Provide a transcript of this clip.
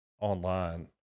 online